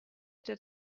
der